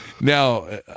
Now